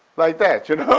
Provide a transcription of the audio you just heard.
like that you know?